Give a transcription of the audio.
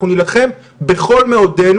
אנחנו נילחם בכל מאודנו,